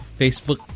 Facebook